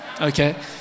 Okay